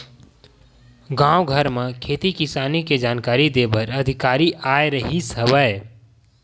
गाँव घर म खेती किसानी के जानकारी दे बर अधिकारी आए रिहिस हवय